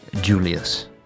Julius